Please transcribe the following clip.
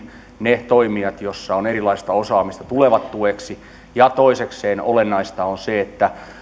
ne toimijat joissa on erilaista osaamista tulevat tueksi toisekseen olennaista on se että